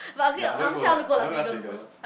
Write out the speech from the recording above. ya I don't go lah I know Las Vegas